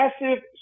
massive